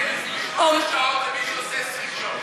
גם בין מי שעושה שמונה שעות למי שעושה 20 שעות.